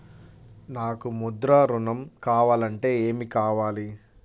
నాకు ముద్ర ఋణం కావాలంటే ఏమి కావాలి?